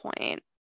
point